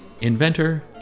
Inventor